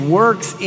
works